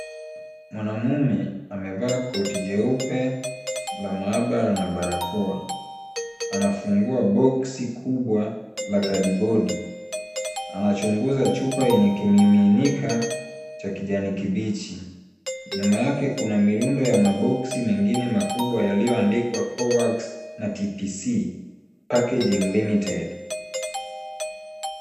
Mwanamme amevaa koti cheupe la maabara na barakoa , anafungua boksi kubwa la kadibodi , anachunguza chupa yenye kimiminika cha kijani kibichi .Nyuma yake Kuna mirundo ya maboksi mengine makubwa yaliyondikwa Covax na TPC Packaging Limited .